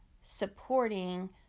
supporting